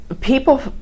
people